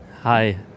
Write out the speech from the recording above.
Hi